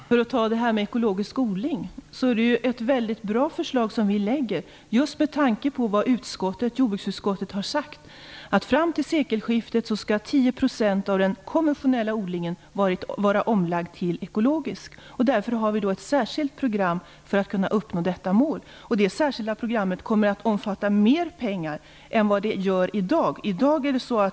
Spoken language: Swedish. Herr talman! När det gäller ekologisk odling är det ett väldigt bra förslag som vi lägger fram, just med tanke på vad jordbruksutskottet har sagt, dvs. att 10 % av den konventionella odlingen skall vara omlagd till ekologisk odling fram till sekelskiftet. Därför har vi ett särskilt program för att kunna uppnå detta mål, och det kommer att omfatta mer pengar än i dag.